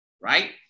Right